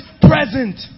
present